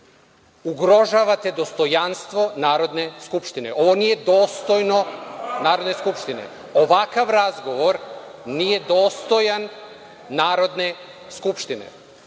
Ugrožavate dostojanstvo Narodne skupštine. Ovo nije dostojno Narodne skupštine. Ovakav razgovor nije dostojan Narodne skupštine,